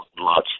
lots